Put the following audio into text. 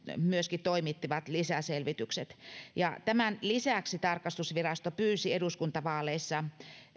toimittivat lisäselvitykset tämän lisäksi tarkastusvirasto pyysi eduskuntavaaleissa